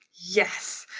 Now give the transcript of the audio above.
yes.